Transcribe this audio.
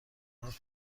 کار